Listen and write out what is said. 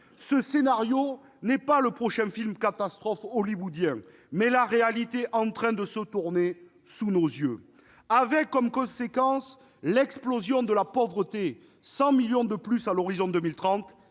Ce scénario n'est pas le prochain film catastrophe hollywoodien, mais la réalité en train de se préparer sous nos yeux, avec pour conséquences l'explosion de la pauvreté, avec 100 millions de pauvres en plus à l'horizon de 2030,